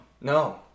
No